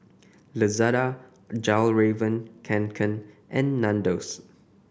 Lazada Fjallraven Kanken and Nandos